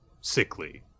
sickly